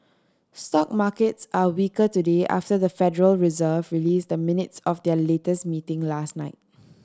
stock markets are weaker today after the Federal Reserve released the minutes of their latest meeting last night